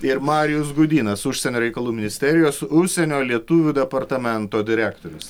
ir marijus gudynas užsienio reikalų ministerijos užsienio lietuvių departamento direktorius